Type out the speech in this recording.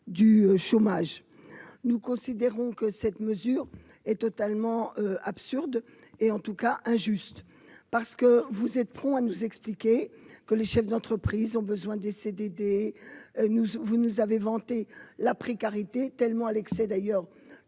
du chômage, nous considérons que cette mesure est totalement absurde et en tout cas, injuste, parce que vous êtes prompt à nous expliquer que les chefs d'entreprises ont besoin des CDD, nous vous nous avait vanté la précarité tellement à l'excès d'ailleurs